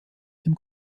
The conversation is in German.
dem